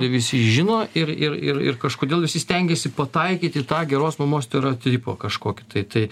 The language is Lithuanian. visi žino ir ir ir ir kažkodėl visi stengiasi pataikyt į tą geros mamos stereotipą kažkokį tai tai